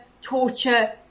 torture